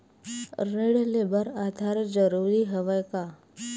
ऋण ले बर आधार जरूरी हवय का?